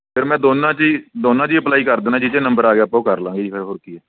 sir ਮੈਂ ਦੋਨਾਂ 'ਚ ਹੀ ਦੋਨਾਂ 'ਚ ਹੀ ਅਪਲਾਈ ਕਰ ਦੇਣਾ ਜਿਹ 'ਚ ਨੰਬਰ ਆ ਗਿਆ ਆਪਾਂ ਉਹ ਕਰ ਲਵਾਂਗੇ ਜੀ ਫਿਰ ਹੋਰ ਕੀ ਆ